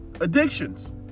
Addictions